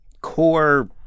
core